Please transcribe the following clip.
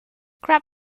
grab